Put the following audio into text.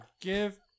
give